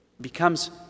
becomes